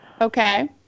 Okay